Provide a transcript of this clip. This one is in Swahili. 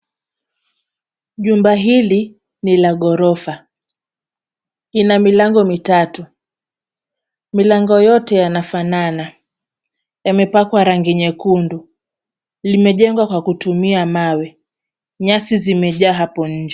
Jumba hili ni la gorofa. Lina milango mitatu, milango yote yanafanana. Yamepakwa rangi nyekundu. Limejengwa kwa kutumia mawe, nyasi zimejaa hapo nje.